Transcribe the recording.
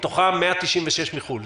מתוכן 196 מחו"ל.